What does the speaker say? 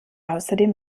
außerdem